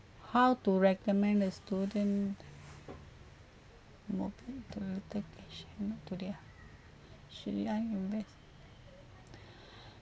how to recommend the student should I invest